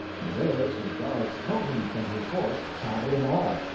and there sir gareth smote him from his horse, saddle and all.